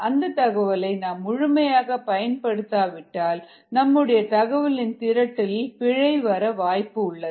அந்த தகவலை நாம் முழுமையாக பயன்படுத்தாவிட்டால் நம்முடைய தகவலின் திரட்டல் இல் பிழை வர வாய்ப்பு உள்ளது